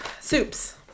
Soups